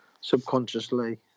subconsciously